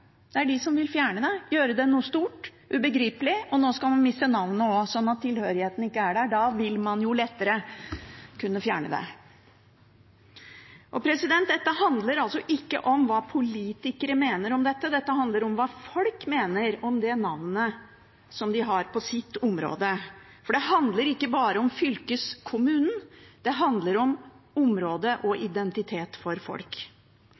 Det er de som vil fjerne det, gjøre det til noe stort og ubegripelig. Og nå skal man miste navnene også, slik at tilhørigheten ikke er der, for da vil man lettere kunne fjerne det. Dette handler ikke om hva politikere mener om dette. Dette handler om hva folk mener om det navnet som de har på sitt område, for det handler ikke bare om fylkeskommunen. Det handler om område og identitet for folk.